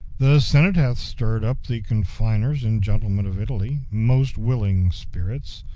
the senate hath stirr'd up the confiners and gentlemen of italy, most willing spirits,